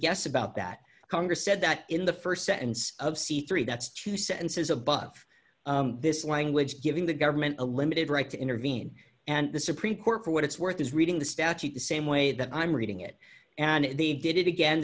guess about that congress said that in the st sentence of c three that's two sentences above this language giving the government a limited right to intervene and the supreme court for what it's worth is reading the statute the same way that i'm reading it and they did it again